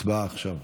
הצבעה עכשיו.